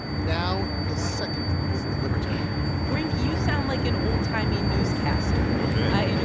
now the second voice the libertarian brink, you sound like an old-timey newscaster ok yeah in a